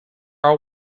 are